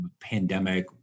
pandemic